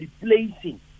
replacing